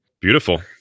Beautiful